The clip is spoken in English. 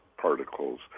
particles